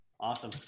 awesome